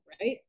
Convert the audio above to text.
right